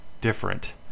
different